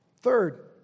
Third